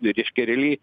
reiškia realiai